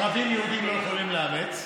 ערבים, יהודים לא יכולים לאמץ,